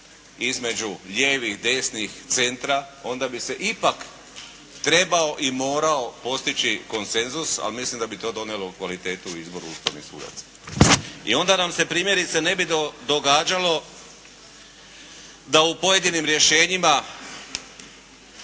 između lijevih, desnih, centra, onda bi se ipak trebao i morao postići konsenzus, ali mislim da bi to donijelo kvalitetu u izboru ustavnih sudaca. I onda nam se primjerice ne bi događalo da u pojedinim rješenjima